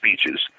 speeches